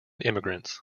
immigrants